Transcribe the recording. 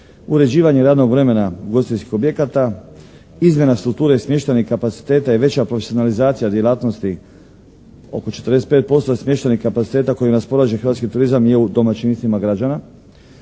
uređivanje radnog vremena ugostiteljskih objekata, izmjena strukture smještajnih kapaciteta i veća profesionalizacija djelatnosti, oko 45% je smještajnih kapaciteta kojim raspolaže hrvatski turizam je u domaćinstvima građana,